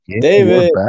David